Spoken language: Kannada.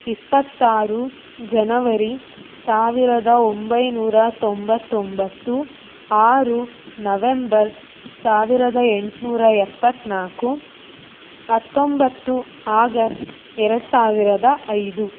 ಇಪ್ಪತ್ತಾರು ಜನವರಿ ಸಾವಿರದ ಒಂಬೈನೂರ ತೊಂಬತ್ತೊಂಬತ್ತು ಆರು ನವೆಂಬರ್ ಸಾವಿರದ ಎಂಟುನೂರ ಎಪ್ಪತ್ನಾಲ್ಕು ಹತ್ತೊಂಬತ್ತು ಆಗಸ್ಟ್ ಎರಡು ಸಾವಿರದ ಐದು